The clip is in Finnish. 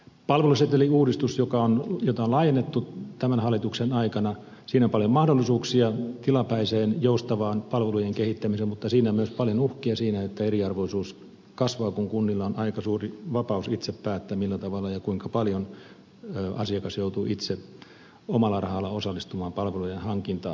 palveluseteliuudistus jota on laajennettu tämän hallituksen aikana antaa paljon mahdollisuuksia tilapäiseen joustavaan palvelujen kehittämiseen mutta siinä on myös paljon uhkia sen suhteen että eriarvoisuus kasvaa kun kunnilla on aika suuri vapaus itse päättää millä tavalla ja kuinka paljon asiakas joutuu itse omalla rahalla osallistumaan palvelujen hankintaan